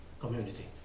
community